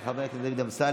של חבר הכנסת דוד אמסלם.